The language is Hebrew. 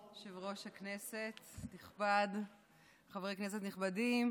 יושב-ראש הישיבה הנכבד, חברי כנסת נכבדים,